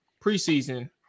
preseason